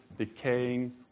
decaying